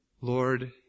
Lord